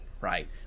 right